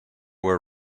were